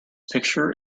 picture